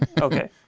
Okay